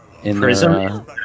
Prism